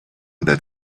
that